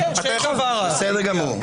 אתה יכול.